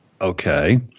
okay